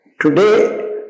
today